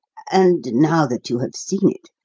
and now that you have seen it,